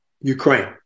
Ukraine